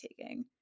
taking